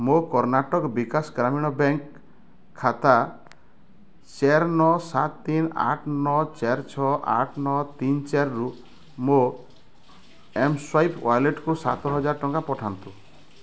ମୋ କର୍ଣ୍ଣାଟକ ବିକାଶ ଗ୍ରାମୀଣ ବ୍ୟାଙ୍କ୍ ଖାତା ଚାର ନଅ ସାତ ତିନି ଆଠ ନଅ ଚାର ଛଅ ଆଠ ନଅ ତିନି ଚାରିରୁ ମୋ ଏମ୍ସ୍ୱାଇପ୍ ୱାଲେଟ୍କୁ ସାତ ହଜାର ଟଙ୍କା ପଠାନ୍ତୁ